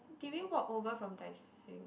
did we walk over from Tai-Seng